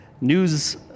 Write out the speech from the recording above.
news